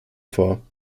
vor